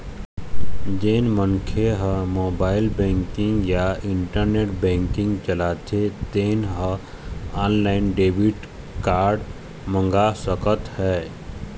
जेन मनखे ह मोबाईल बेंकिंग या इंटरनेट बेंकिंग चलाथे तेन ह ऑनलाईन डेबिट कारड मंगा सकत हे